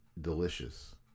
delicious